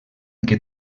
que